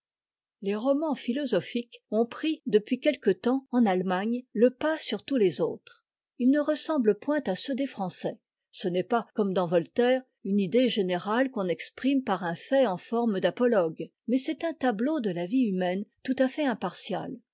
les romans philosophiques ont pris depuis quelque temps en allemagne le pas sur tous les autres ils ne ressemblent point à ceux des français ce n'est pas comme dans voltaire une idée générate qu'on exprime par un fait en forme d'apologue mais c'est un tableau de la vie humaine tout à fait impartial